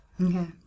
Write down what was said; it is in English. Okay